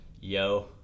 yo